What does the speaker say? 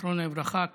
זכרו לברכה,